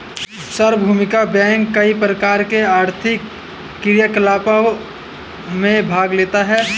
सार्वभौमिक बैंक कई प्रकार के आर्थिक क्रियाकलापों में भाग लेता है